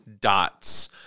dots